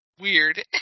weird